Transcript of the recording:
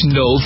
no